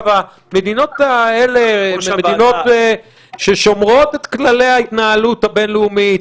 המדינות האלה שומרות את כללי ההתנהלות הבין-לאומית,